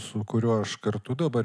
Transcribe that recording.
su kuriuo aš kartu dabar